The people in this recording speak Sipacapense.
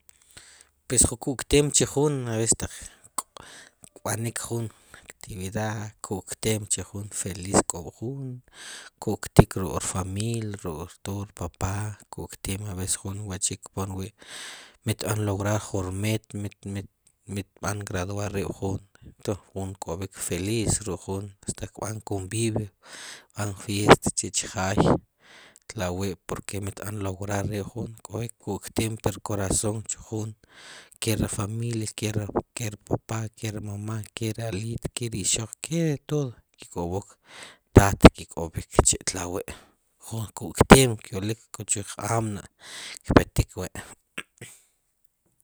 Pues jun ku'kteem chu juun ab'es taq kb'anik juun jun actividad ku'kteem chu juun feliz kk'oob'juun kku'ktik ruk'rfamilia ruk'tood rpapá ku'kteem ab'es juun wa'chi'kpon wi' mit b'an lograr jun rmeta mit mit mit b'an graduar riib'juun entons xtk'oob' juun feliz xuk'juun hasta kb'anik konvivio kb'an fiesta chi'che' chjaay tla'wi'poke mit b'an lograr are'juun xtk'ob'ik ruk'ku'kteem pur korazon chu juun ke ri familia keri papá keri mamá kere aliit keri ixoq ke tood ki'k'ob'ook taat ki' k'ob'ik chi'tka' wi' jun ku'kteem chu ryolik chij ka'nma' kpetik wi'